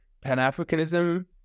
Pan-Africanism